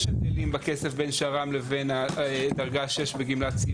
יש הבדלים בכסף בין השר"מ לבין דרגה (6) בסיעוד.